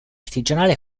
artigianale